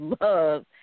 love